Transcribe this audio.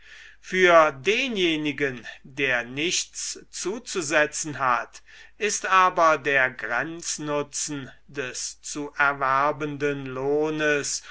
für denjenigen der nichts zuzusetzen hat ist aber der grenznutzen des zu erwerbenden lohnes